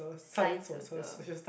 science also